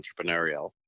entrepreneurial